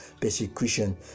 persecution